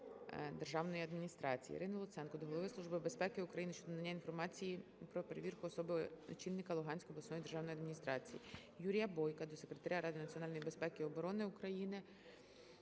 державної адміністрації. Ірини Луценко до Голови Служби безпеки України щодо надання інформації про перевірку особи очільника Луганської обласної державної адміністрації. Юрія Бойка до Секретаря Ради національної безпеки і оборони України,